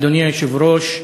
אדוני היושב-ראש,